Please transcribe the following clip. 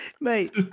mate